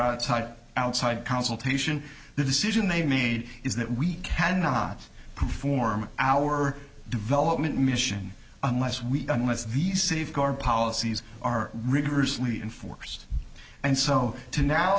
outside outside consultation the decision they made is that we cannot perform our development mission unless we unless these safeguards policies are rigorously enforced and so to now